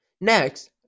Next